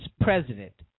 president